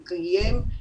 לקיים,